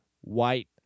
white